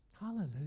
Hallelujah